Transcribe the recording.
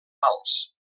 alts